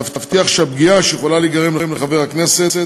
להבטיח שהפגיעה שיכולה להיגרם לחבר הכנסת